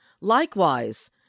Likewise